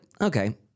okay